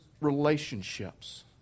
relationships